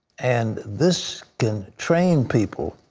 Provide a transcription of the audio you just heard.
and this can train people.